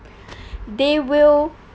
they will